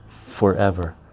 forever